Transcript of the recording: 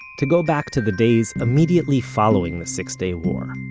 to go back to the days immediately following the six-day war,